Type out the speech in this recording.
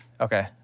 Okay